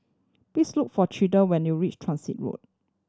please look for Clyde when you reach Transit Road